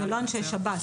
זה לא אנשי שב"ס.